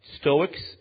Stoics